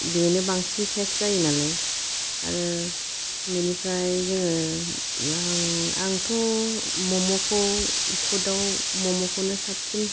बेनो बांसिन टेस्ट जायो नालाय आरो बेनिफ्राय जोङो आं आंथ' मम'खौ फुड आव मम'खौनो साबसिन